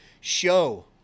show